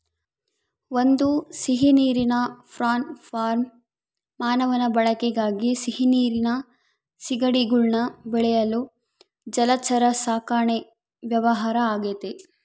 ಒಂದು ಸಿಹಿನೀರಿನ prawn farm ಮಾನವನ ಬಳಕೆಗಾಗಿ ಸಿಹಿನೀರಿನ ಸೀಗಡಿಗುಳ್ನ ಬೆಳೆಸಲು ಜಲಚರ ಸಾಕಣೆ ವ್ಯವಹಾರ ಆಗೆತೆ